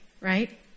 right